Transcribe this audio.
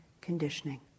conditioning